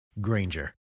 Granger